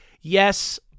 yes